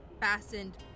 fastened